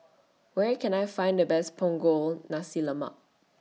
Where Can I Find The Best Punggol Nasi Lemak